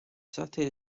city